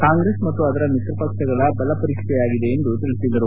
ಕಾಂಗ್ರೆಸ್ ಮತ್ತು ಅದರ ಮಿತ್ರಪಕ್ಷಗಳ ಬಲ ಪರೀಕ್ಷೆಯಾಗಿದೆ ಎಂದು ಹೇಳಿದರು